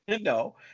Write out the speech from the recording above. No